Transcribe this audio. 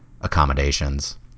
accommodations